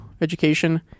education